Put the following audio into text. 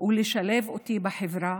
לשלב אותי בחברה